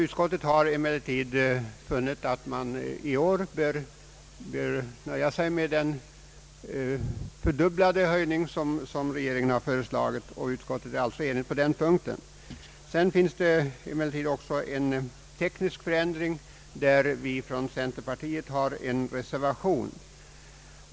Utskottet har varit enigt om att man i år bör nöja sig med den fördubbling som regeringen föreslagit. Det finns emellertid också en teknisk förändring där vi från centerpartiet har en reservation.